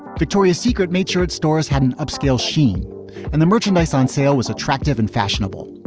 victoria's secret made sure its stores had an upscale sheen and the merchandise on sale was attractive and fashionable.